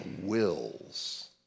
wills